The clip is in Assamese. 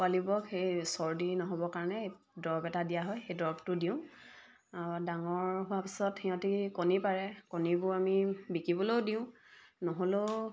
পোৱালিবোৰক সেই চৰ্দি নহ'বৰ কাৰণে দৰৱ এটা দিয়া হয় সেই দৰৱটো দিওঁ ডাঙৰ হোৱা পিছত সিহঁতে কণী পাৰে কণীবোৰ আমি বিকিবলৈও দিওঁ নহ'লেও